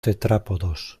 tetrápodos